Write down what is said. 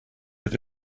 wird